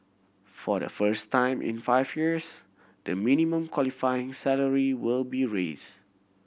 for the first time in five years the minimum qualifying salary will be raise